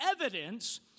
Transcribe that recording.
evidence